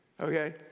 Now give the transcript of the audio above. okay